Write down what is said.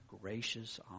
gracious